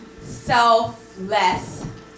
selfless